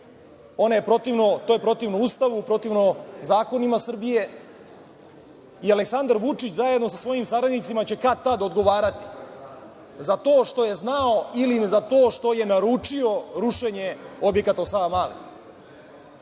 To je protivno Ustavu, protivno zakonima Srbije i Aleksandar Vučić zajedno sa svojim saradnicima će kad-tad odgovarati za to što je znao ili za to što je naručio rušenje objekata u Savamali.